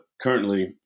currently